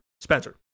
Spencer